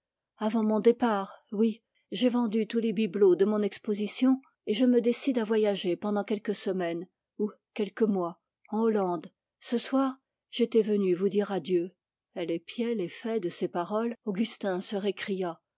avant mon départ oui j'ai vendu tous les bibelots de mon exposition et je me décide à voyager pendant quelques semaines ou quelques mois en hollande ce soir j'étais venue vous dire adieu elle épiait l'effet de ses paroles augustin se récria